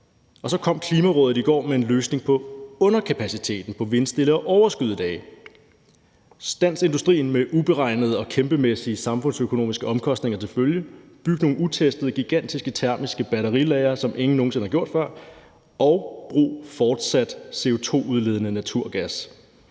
Så kom Klimarådet i går med en løsning på underkapaciteten på vindstille og overskyede dage. Stands industrien med uberegnede og kæmpemæssige samfundsøkonomiske omkostninger til følge; byg nogle utestede, gigantiske termiske batterilagre, som ingen nogen sinde har bygget før, og brug fortsat CO2-udledende naturgas.